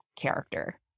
character